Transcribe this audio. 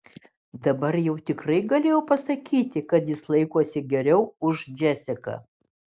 dabar jau tikrai galėjo pasakyti kad jis laikosi geriau už džesiką